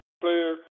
player